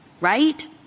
right